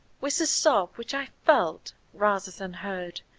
with a sob which i felt rather than heard,